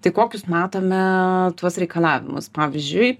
tai kokius matome tuos reikalavimus pavyzdžiui